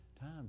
time